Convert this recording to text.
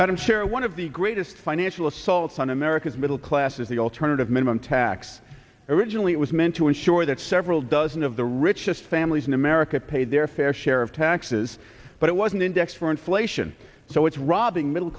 matters sure one of the greatest financial assaults on america's middle class is the alternative minimum tax originally it was meant to ensure that several dozen of the richest families in america paid their fair share of taxes but it wasn't indexed for inflation so it's robbing middle